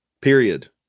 Period